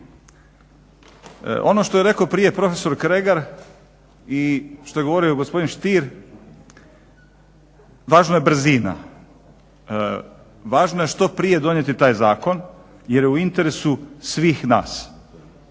Ono što je rekao prije prof. Kregar i što je govorio gospodin Stier važna je brzina, važno je što prije donijeti taj zakon jer je u interesu svih nas